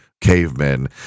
cavemen